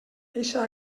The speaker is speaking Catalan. eixa